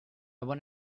want